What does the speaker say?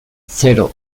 zero